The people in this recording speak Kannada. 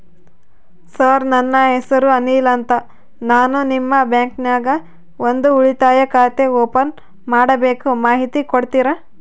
ಸರ್ ನನ್ನ ಹೆಸರು ಅನಿಲ್ ಅಂತ ನಾನು ನಿಮ್ಮ ಬ್ಯಾಂಕಿನ್ಯಾಗ ಒಂದು ಉಳಿತಾಯ ಖಾತೆ ಓಪನ್ ಮಾಡಬೇಕು ಮಾಹಿತಿ ಕೊಡ್ತೇರಾ?